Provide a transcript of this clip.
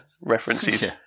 references